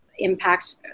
impact